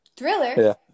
Thriller